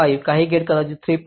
5 काही गेट कदाचित 3